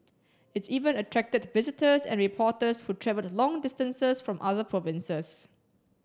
it even attracted visitors and reporters who travelled long distances from other provinces